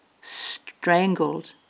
strangled